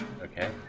Okay